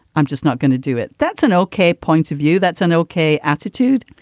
i'm just not going to do it. that's an okay points of view. that's an okay attitude.